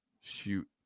shoot